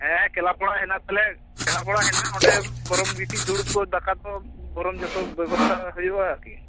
ᱦᱮᱸ ᱠᱞᱟᱵᱽ ᱚᱲᱟ ᱦᱮᱱᱟ ᱛᱟᱞᱮᱭᱟ ᱠᱞᱟᱵᱽ ᱚᱲᱟ ᱦᱮᱱᱟᱼᱟ ᱚᱱᱰᱮ ᱜᱮ ᱵᱚᱨᱚᱝ ᱜᱤᱛᱤᱡ ᱫᱩᱲᱩᱵ ᱠᱚ ᱫᱟᱠᱟ ᱡᱚᱢ ᱠᱚ ᱵᱚᱨᱚᱝ ᱡᱚᱛᱚ ᱵᱮᱵᱚᱥᱛᱟ ᱦᱩᱭᱩᱼᱟ ᱟᱨᱠᱤ